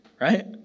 right